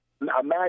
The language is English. Imagine